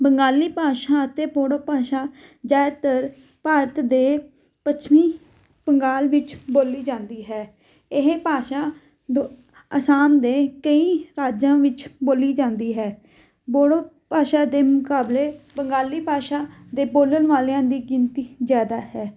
ਬੰਗਾਲੀ ਭਾਸ਼ਾ ਅਤੇ ਬੋੜੋ ਭਾਸ਼ਾ ਜ਼ਿਆਦਾਤਰ ਭਾਰਤ ਦੇ ਪੱਛਮੀ ਬੰਗਾਲ ਵਿੱਚ ਬੋਲੀ ਜਾਂਦੀ ਹੈ ਇਹ ਭਾਸ਼ਾ ਦ ਅਸਾਮ ਦੇ ਕਈ ਰਾਜਾਂ ਵਿੱਚ ਬੋਲੀ ਜਾਂਦੀ ਹੈ ਬੋੜੋ ਭਾਸ਼ਾ ਦੇ ਮੁਕਾਬਲੇ ਬੰਗਾਲੀ ਭਾਸ਼ਾ ਦੇ ਬੋਲਣ ਵਾਲਿਆਂ ਦੀ ਗਿਣਤੀ ਜ਼ਿਆਦਾ ਹੈ